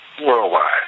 worldwide